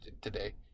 today